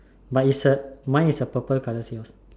but is a mine is a purple colour yours